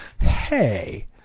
Hey